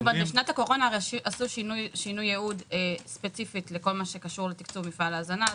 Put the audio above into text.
בשנת הקורונה עשו שינוי ייעוד ספציפית לכל מה שקשור לתקצוב מפעל ההזנה.